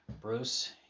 Bruce